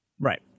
Right